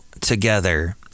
Together